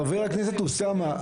חבר הכנסת אוסאמה,